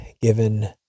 given